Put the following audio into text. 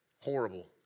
horrible